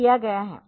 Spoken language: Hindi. फिर यह 67 D